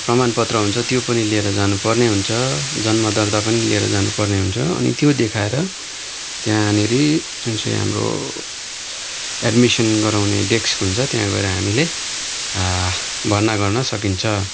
प्रमाण पत्र हुन्छ त्यो पनि लिएर जानु पर्ने हुन्छ जन्म दर्ता पनि लिएर जानु पर्ने हुन्छ अनि त्यो देखाएर त्यहाँनिर जुन चाहिँ हाम्रो एडमिसन गराउने डेक्स हुन्छ त्यहाँ गएर हामीले भर्ना गर्न सकिन्छ